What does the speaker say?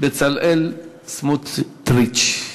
בצלאל סמוטריץ.